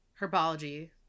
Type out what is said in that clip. herbology